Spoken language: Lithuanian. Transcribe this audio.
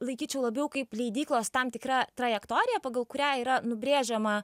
laikyčiau labiau kaip leidyklos tam tikra trajektorija pagal kurią yra nubrėžiama